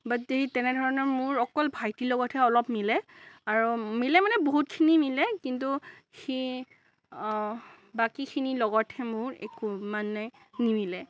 বাট সেই তেনেধৰণৰ মোৰ অকল ভাইটিৰ লগতহে অলপ মিলে আৰু মিলে মানে বহুতখিনি মিলে কিন্তু সি বাকীখিনি লগতহে মোৰ একো মানে নিমিলে